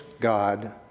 God